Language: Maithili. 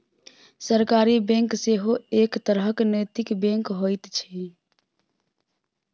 सहकारी बैंक सेहो एक तरहक नैतिक बैंक होइत छै